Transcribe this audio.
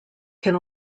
can